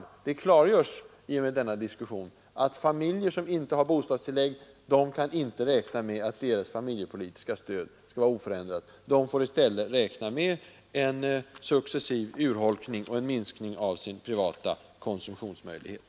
Det klargörs i och med denna diskussion att familjer som inte har bostadstillägg inte kan räkna med att deras familjepolitiska stöd skall vara oförändrat. De får i stället räkna med en successiv urholkning och en minskning av sin privata konsumtionsmöjlighet.